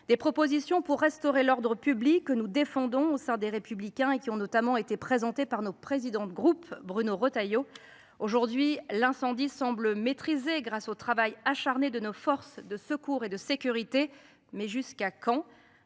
les propositions pour restaurer l’ordre public que défend le groupe Les Républicains. Elles ont notamment été présentées par le président de notre groupe, Bruno Retailleau. Aujourd’hui, l’incendie semble maîtrisé, grâce au travail acharné de nos forces de secours et de sécurité. Mais jusqu’à quand ?